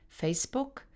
Facebook